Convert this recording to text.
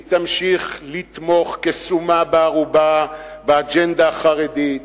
היא תמשיך לתמוך כסומא בארובה באג'נדה החרדית.